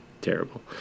terrible